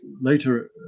later